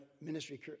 ministry